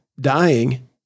dying